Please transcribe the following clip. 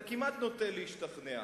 אתה כמעט נוטה להשתכנע.